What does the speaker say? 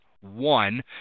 one